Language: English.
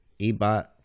Ebot